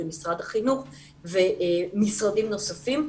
זה משרד החינוך ומשרדים נוספים,